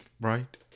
Right